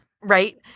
Right